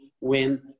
win